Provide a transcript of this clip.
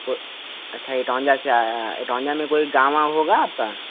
तो अच्छा एकाउंजा से आया है एकाउंजा में कोई गाँव वाव होगा आपका